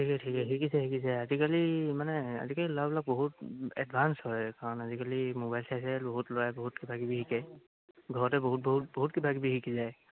ঠিকে ঠিকে শিকিছে শিকিছে আজিকালি মানে আজিকালি ল'ৰাবিলাক বহুত এডভাঞ্চ হয় এই কাৰণ আজিকালি মোবাইল চাই চাই বহুত ল'ৰাই বহুত কিবাাকিবি শিকে ঘৰতে বহুত বহুত বহুত কিবা কিবি শিকি যায়